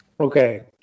Okay